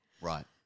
Right